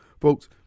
Folks